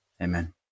Amen